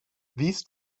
these